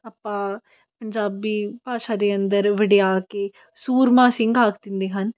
ਆਪਾਂ ਪੰਜਾਬੀ ਭਾਸ਼ਾ ਦੇ ਅੰਦਰ ਵਡਿਆ ਕੇ ਸੂਰਮਾ ਸਿੰਘ ਆਖ ਦਿੰਦੇ ਹਨ